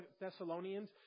Thessalonians